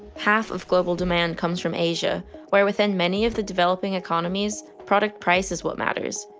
half of global demand comes from asia where within many of the developing economies product price is what matters.